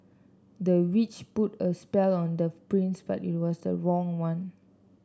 the witch put a spell on the prince but it was the wrong one